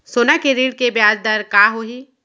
सोना के ऋण के ब्याज दर का होही?